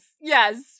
yes